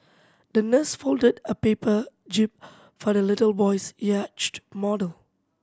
the nurse folded a paper jib for the little boy's yacht model